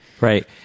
Right